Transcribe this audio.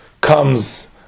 comes